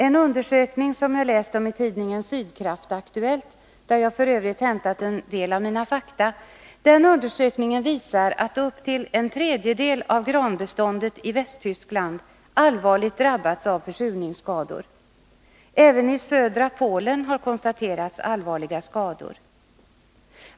En undersökning, som jag har läst omi tidningen Sydkraft-Aktuellt — där jag f. ö. hämtat en del av mina fakta — visar att upp till en tredjedel av granbeståndet i Västtyskland allvarligt har drabbats av försurningsskador. Även i södra Polen har konstaterats allvarliga skador.